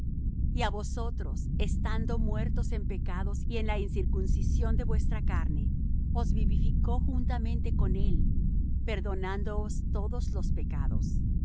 á vosotros estando muertos en pecados y en la incircuncisión de vuestra carne os vivificó juntamente con él perdonándoos todos los pecados